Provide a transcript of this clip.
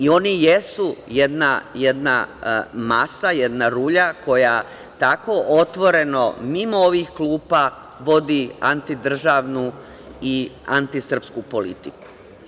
Oni jesu jedna masa, jedna rulja, koja tako otvoreno, mimo ovih klupa vodi antidržavnu i antisrpsku politiku.